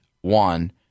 one